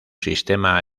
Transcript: sistema